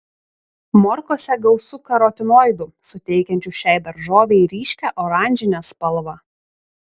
morkose gausu karotinoidų suteikiančių šiai daržovei ryškią oranžinę spalvą